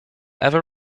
ever